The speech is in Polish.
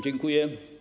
Dziękuję.